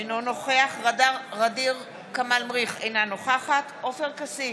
אינו נוכח ע'דיר כמאל מריח, אינה נוכחת עופר כסיף,